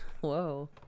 Whoa